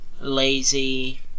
lazy